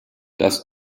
das